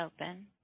open